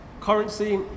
Currency